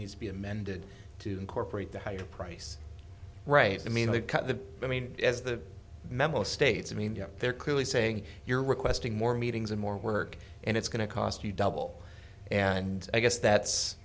needs to be amended to incorporate the higher price right i mean they've cut the i mean as the memo states i mean they're clearly saying you're requesting more meetings and more work and it's going to cost you double and i guess that's